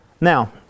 Now